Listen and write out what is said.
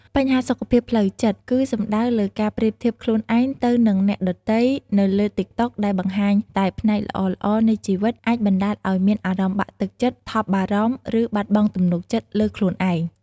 បញ្ហាសុខភាពផ្លូវចិត្ត គឺសំដៅលើការប្រៀបធៀបខ្លួនឯងទៅនឹងអ្នកដ៏ទៃនៅលើតិកតុកដែលបង្ហាញតែផ្នែកល្អៗនៃជីវិត អាចបណ្ដាលឱ្យមានអារម្មណ៍បាក់ទឹកចិត្ត ថប់បារម្ភ ឬបាត់បង់ទំនុកចិត្តលើខ្លួនឯង។